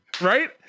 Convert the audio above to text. Right